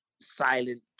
silent